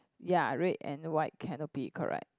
ya red and white canopy correct